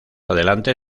adelante